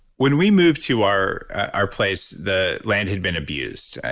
when we moved to our our place the land had been abused.